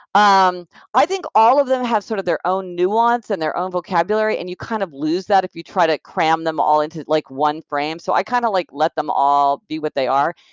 um i think all of them have sort of their own nuance and their own vocabulary, and you kind of lose that if you try to cram them all into like one frame, so i kind of like to let them all be what they are,